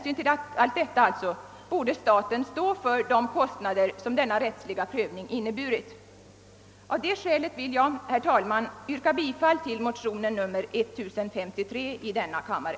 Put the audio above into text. Staten borde därför stå för de kostnader som denna rättsliga prövning inneburit. Av det skälet vill jag, herr talman, yrka bifall till motionen nr 1053 i denaa kammare.